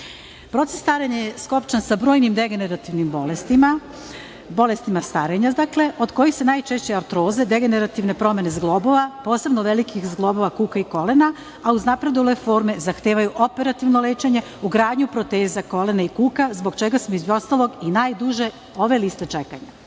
narode. Proces starenja je skopčan sa brojnim degenerativnim bolestima, bolestima starenja, od kojih su najčešće artroze, degenerativne promene zglobova, posebno velikih zglobova kuka i kolena, a uznapredovale forme zahtevaju operativno lečenje, ugradnju proteza kolena i kuka, zbog čega su, između ostalog, i najduže ove liste čekanja. Raduje